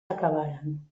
acabaren